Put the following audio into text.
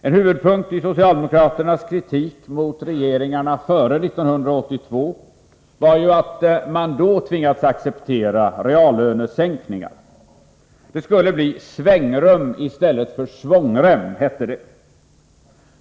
En huvudpunkt i socialdemokraternas kritik mot regeringarna före 1982 var ju att man då tvingades acceptera reallönesänkningar. Det skulle bli svängrum i stället för svångrem, hette det.